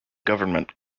government